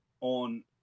on